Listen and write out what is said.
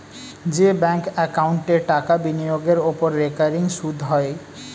যে ব্যাঙ্ক একাউন্টে টাকা বিনিয়োগের ওপর রেকারিং সুদ হয়